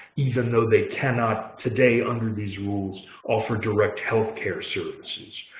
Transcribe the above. even though they cannot today under these rules offer direct health care services.